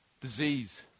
Disease